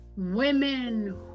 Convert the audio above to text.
women